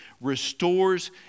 restores